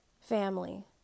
family